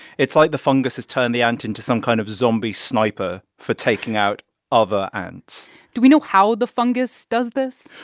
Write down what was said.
it's like the fungus has turned the ant into some kind of zombie sniper for taking out other ants do we know how the fungus does this?